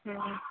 ಹ್ಞೂ ಹ್ಞೂ